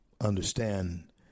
understand